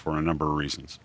for a number of reasons